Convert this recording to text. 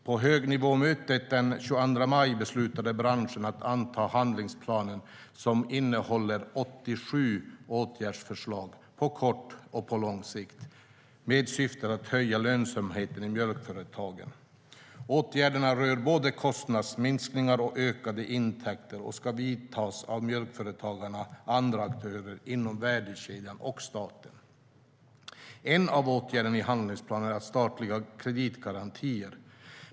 På högnivåmötet den 22 maj beslutade branschen att anta handlingsplanen, som innehåller 87 åtgärdsförslag på kort och lång sikt med syftet att höja lönsamheten i mjölkföretagen. Åtgärderna rör både kostnadsminskningar och ökade intäkter, och de ska vidtas av mjölkföretagarna, andra aktörer inom värdekedjan och staten. En av åtgärderna i handlingsplanen är statliga kreditgarantier.